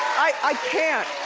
i can't.